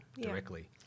directly